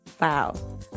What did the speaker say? Wow